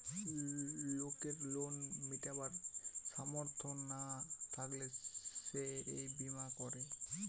লোকের লোন মিটাবার সামর্থ না থাকলে সে এই বীমা করে